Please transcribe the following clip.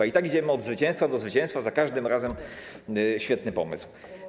I tak idziemy od zwycięstwa do zwycięstwa, za każdym razem - świetny pomysł.